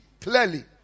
clearly